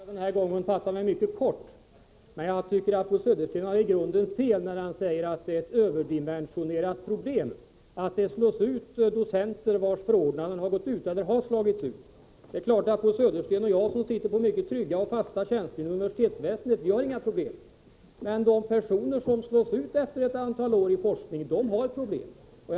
Herr talman! Jag skall än en gång fatta mig mycket kort. Jag tycker att Bo Södersten i grunden har fel när han säger att det är ett överdimensionerat problem att det har slagits ut docenter, vilkas förordnanden har gått ut. Det är klart att Bo Södersten och jag, som sitter på mycket trygga och fasta tjänster inom universitetsväsendet, inte har några problem. Men de personer som slås ut efter ett antal år i forskning har problem.